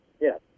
Yes